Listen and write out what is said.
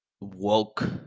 woke